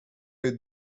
les